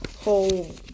whole